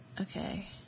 Okay